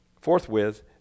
forthwith